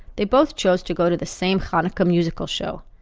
they both chose to go to the same chanukah musical show.